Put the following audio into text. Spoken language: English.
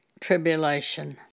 Tribulation